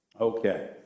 Okay